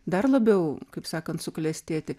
dar labiau kaip sakant suklestėti